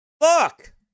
Look